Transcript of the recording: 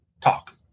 talk